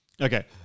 Okay